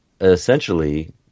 Essentially